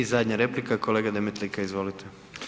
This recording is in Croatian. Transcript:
I zadnja replika kolega Demetlika, izvolite.